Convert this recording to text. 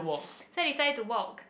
so I decided to walk